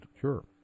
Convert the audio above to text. Sure